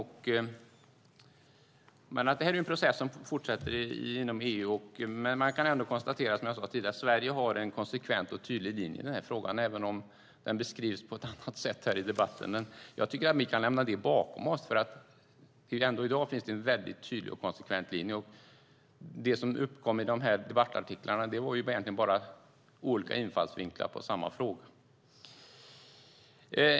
Det här är en process som fortsätter inom EU, men som jag sade tidigare kan man ändå konstatera att Sverige har en konsekvent och tydlig linje i frågan, även om den beskrivs på ett annat sätt här i debatten. Jag tycker att vi kan lämna det bakom oss, för i dag finns det en väldigt tydlig och konsekvent linje, och det som uppkom i de här debattartiklarna var egentligen bara olika infallsvinklar på samma fråga.